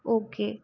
okay